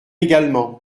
également